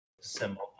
symbol